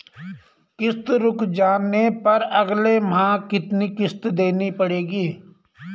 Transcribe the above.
किश्त रुक जाने पर अगले माह कितनी किश्त देनी पड़ेगी?